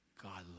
God